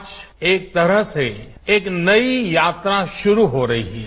आज एक तरह से एक नई यात्रा शुरू हो रही है